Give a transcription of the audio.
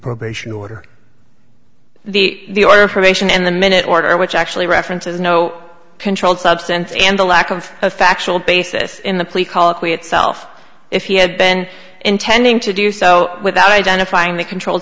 probation order the order of creation and the minute order which actually references no controlled substance and the lack of a factual basis in the plea called quiet self if he had been intending to do so without identifying the controlled